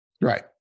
right